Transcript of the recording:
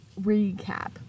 recap